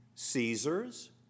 Caesars